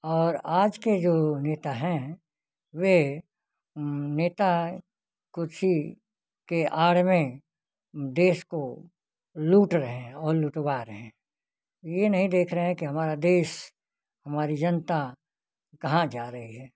और आज के जो नेता हैं वह नेता कुर्सी की आड़ में देश को लूट रहे हैं और लुटवा रहें हैं यह नहीं देख रहे कि हमारा देश हमारी जनता कहाँ जा रही है